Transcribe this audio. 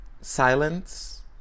silence